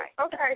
Okay